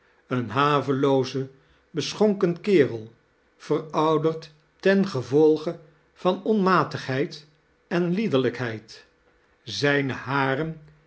een haveloo-ze beschonken kerel verouderd tengevolge van onmatigheid en liederlijkheid zijne haren